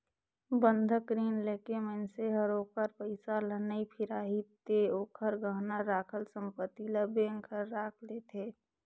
बंधक रीन लेके मइनसे हर ओखर पइसा ल नइ फिराही ते ओखर गहना राखल संपति ल बेंक हर राख लेथें